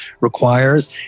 requires